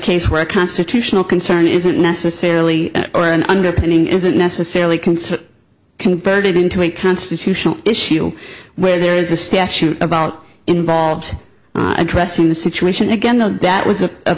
case where a constitutional concern isn't necessarily or an underpinning isn't necessarily concern converted into a constitutional issue where there is a statute about involved addressing the situation again though that was a